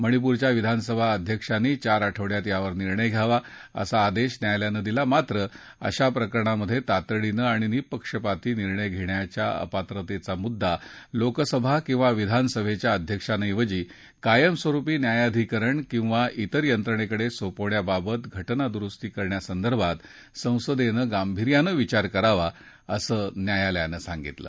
मणिपूरच्या विधानसभा अध्यक्षांनी चार आठवड्यात यावर निर्णय घ्यावा असा आदेश न्यायालयानं दिला मात्र अशा प्रकरणांमधे तातडीनं आणि निपक्षपाती निर्णय घेण्याचा अपात्रतेचा मुद्दा लोकसभा किंवा विधानसभेच्या अध्यक्षांऐवजी कायमस्वरुपी न्यायाधीकरण किवा इतर यंत्रणेकडे सोपवण्याबाबत घटना दुरुस्ती करण्यासंदर्भात संसदेनं गांर्भीयानं विचार करावा असं न्यायालयानं सांगितलं